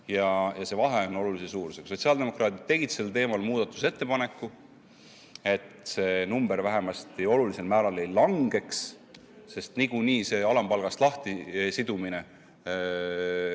ja see vahe on olulise suurusega. Sotsiaaldemokraadid tegid sellel teemal muudatusettepaneku, et see number vähemasti olulisel määral ei langeks, sest niikuinii alampalgast lahtisidumise